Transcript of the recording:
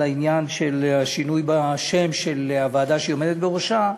העניין של השינוי בשם של הוועדה שהיא עומדת בראשה,